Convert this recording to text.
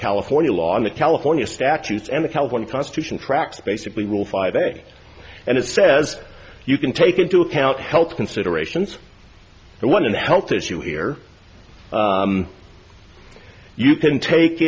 california law and the california statutes and the california constitution tracks basically rule five and it says you can take into account health considerations and one in health issue here you can take